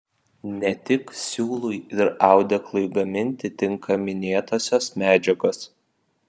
ne tik siūlui ir audeklui gaminti tinka minėtosios medžiagos